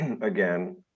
again